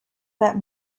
that